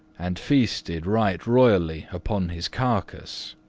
and feasted right royally upon his carcase.